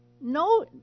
no